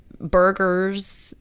burgers